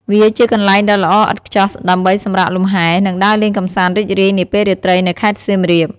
វាជាកន្លែងដ៏ល្អឥតខ្ចោះដើម្បីសម្រាកលំហែ និងដើរលេងកម្សាន្តរីករាយនាពេលរាត្រីនៅខេត្តសៀមរាប។